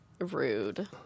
Rude